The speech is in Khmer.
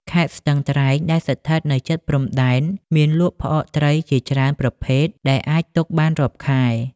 ខេត្តស្ទឹងត្រែង ដែលស្ថិតនៅជិតព្រំដែន មានលក់ផ្អកត្រីជាច្រើនប្រភេទដែលអាចទុកបានរាប់ខែ។